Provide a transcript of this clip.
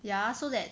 ya so that